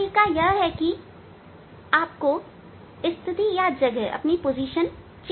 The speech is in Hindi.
अब तरीका यह है कि आप को स्थिति या जगह को बदलना चाहिए